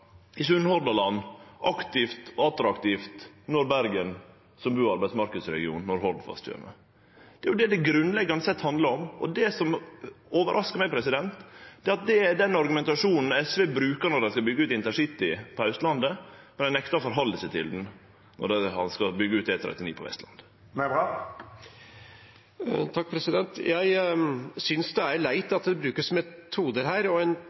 aktivt og attraktivt når Bergen som bu- og arbeidsmarknadsregion når Hordfast kjem. Det er det det grunnleggjande sett handlar om, og det som overraskar meg, er at det er den argumentasjonen SV brukar når dei skal byggje ut intercity på Austlandet, mens dei nektar å bruke han når dei skal byggje ut E39 på Vestlandet. Jeg synes det er leit at det her brukes metoder og